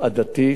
שאתה מזכיר,